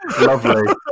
Lovely